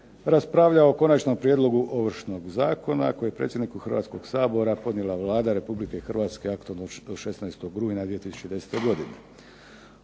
raspravljao o Konačnom prijedlogu Ovršnog zakona koji je predsjedniku Hrvatskog sabora podnijela Vlada Republike Hrvatske aktom od 16. rujna 2010. godine.